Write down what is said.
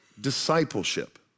discipleship